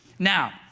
Now